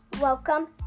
Welcome